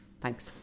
Thanks